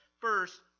First